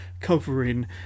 covering